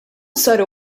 saru